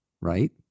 right